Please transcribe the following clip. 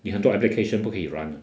你很多 application 不可以 run